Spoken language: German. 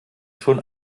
schon